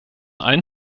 allen